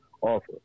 offer